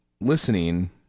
listening